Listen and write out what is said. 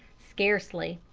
scarcely.